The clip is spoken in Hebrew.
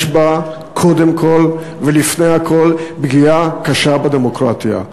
יש בה קודם כול ולפני הכול פגיעה קשה בדמוקרטיה.